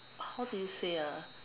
how do you say ah